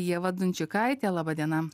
ieva dunčikaitė laba diena